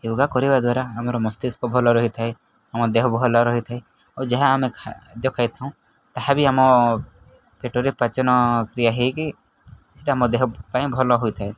ୟୋଗା କରିବା ଦ୍ୱାରା ଆମର ମସ୍ତିଷ୍କ ଭଲ ରହିଥାଏ ଆମ ଦେହ ଭଲ ରହିଥାଏ ଆଉ ଯାହା ଆମେ ଖାଦ୍ୟ ଖାଇଥାଉଁ ତାହା ବି ଆମ ପେଟରେ ପାଚନକ୍ରିୟା ହେଇକି ସେଟା ଆମ ଦେହ ପାଇଁ ଭଲ ହୋଇଥାଏ